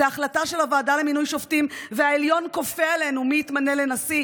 החלטה של הוועדה למינוי שופטים ושהעליון כופה עלינו מי יתמנה לנשיא,